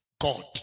God